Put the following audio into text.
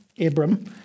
Abram